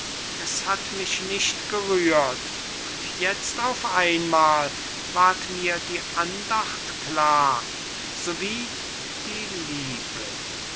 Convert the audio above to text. es hat mich nicht gerührt und jetzt auf einmal ward mir die andacht klar so wie die liebe